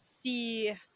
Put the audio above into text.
see